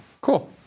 Cool